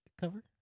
cover